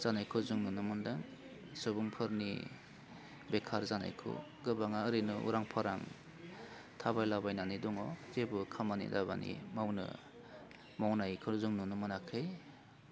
जानायखौ जों नुनो मोनदों सुबुंफोरनि बेखार जानायखौ गोबाङा ओरैनो उरां फारां थाबायलाबायनानै दङ जेबो खामानि दामानि मावनो मावनायखौ जों नुनो मोनाखै